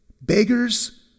Beggars